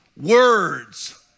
words